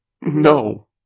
No